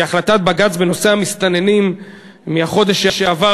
החלטת בג"ץ בנושא המסתננים מהחודש שעבר,